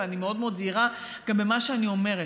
ואני גם מאוד מאוד זהירה במה שאני אומרת.